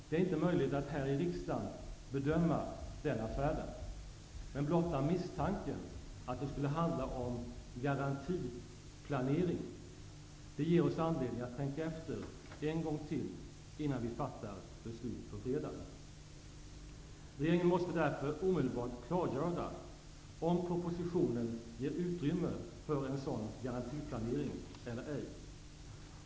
Det är inte möjligt att här i riksdagen bedöma den affären, men blotta misstanken att det skulle handla om ''garantiplanering'' ger oss anledning att tänka efter en gång till innan vi fattar beslut på fredag. Regeringen måste därför omedelbart klargöra om propositionen ger utrymme för en sådan ''garantiplanering'' eller ej.